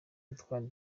antoine